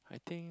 I think